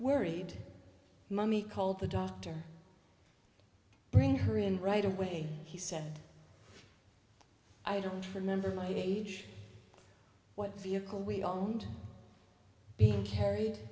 worried mummy called the doctor bring her in right away he said i don't remember my age what vehicle we owned being carried